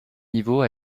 niveau